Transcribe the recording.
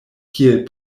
kiel